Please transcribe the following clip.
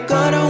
God